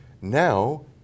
Now